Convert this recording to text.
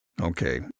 Okay